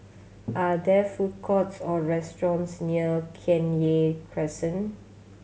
are there food courts or restaurants near Kenya Crescent